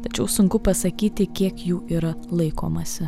tačiau sunku pasakyti kiek jų yra laikomasi